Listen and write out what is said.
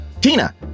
Tina